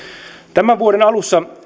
tämän vuoden alussa